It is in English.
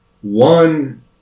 One